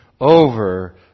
Over